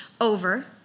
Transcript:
over